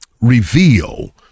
reveal